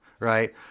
Right